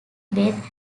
beth